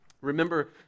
Remember